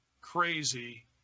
crazy